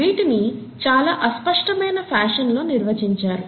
వీటిని చాలా అస్పష్టమైన ఫాషన్ లో నిర్వచించారు